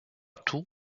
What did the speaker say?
tout